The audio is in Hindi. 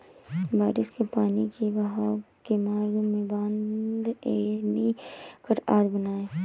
बारिश के पानी के बहाव के मार्ग में बाँध, एनीकट आदि बनाए